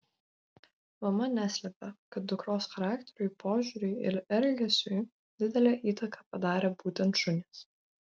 mama neslepia kad dukros charakteriui požiūriui ir elgesiui didelę įtaką padarė būtent šunys